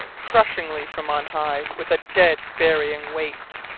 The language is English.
crushingly, from on high, with a dead burying weight.